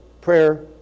prayer